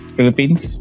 Philippines